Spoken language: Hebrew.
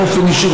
באופן אישי,